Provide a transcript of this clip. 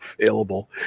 available